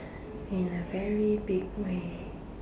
in a very big way